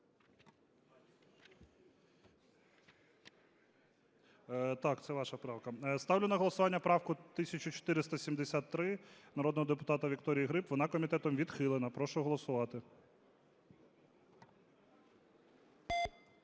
Так, це ваша правка. Ставлю на голосування правку 1473 народного депутата Вікторії Гриб. Вона комітетом відхилена. Прошу голосувати.